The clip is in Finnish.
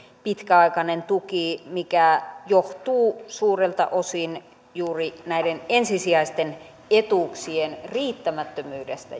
pitkäaikainen tuki mikä johtuu suurelta osin juuri näiden ensisijaisten etuuksien riittämättömyydestä